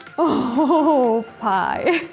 oh, pie.